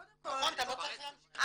נכון, אתה לא צריך להמשיך באמת.